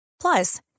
Plus